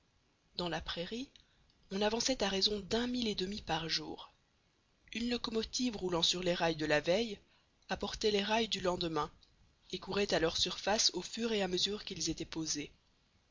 dans la prairie on avançait à raison d'un mille et demi par jour une locomotive roulant sur les rails de la veille apportait les rails du lendemain et courait à leur surface au fur et à mesure qu'ils étaient posés